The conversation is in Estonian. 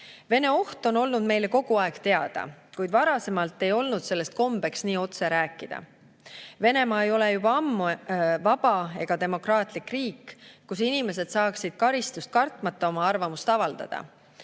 Vene oht on olnud meile kogu aeg teada, kuid varem ei olnud sellest kombeks nii otse rääkida. Venemaa ei ole juba ammu vaba ja demokraatlik riik, kus inimesed saaksid karistust kartmata oma arvamust avaldada.